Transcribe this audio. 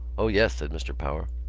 o yes, said mr. power.